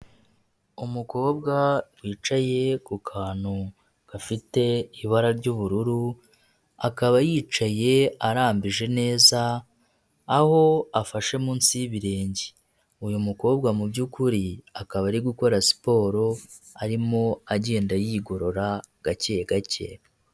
Umukobwa wicaye ku kantu gafite ibara ry'ubururu, akaba yicaye arambije neza aho afashe munsi y'ibirenge, uyu mukobwa mu by'ukuri akaba ari gukora siporo arimo agenda yigorora gake gake.